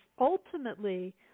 ultimately